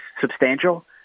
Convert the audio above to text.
substantial